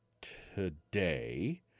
today